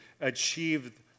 achieved